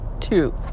two